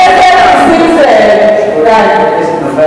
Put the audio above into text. חבר הכנסת נסים זאב, די.